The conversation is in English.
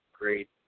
great